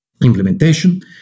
implementation